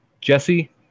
Jesse